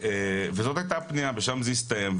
וזאת היתה הפניה ושם זה הסתיים.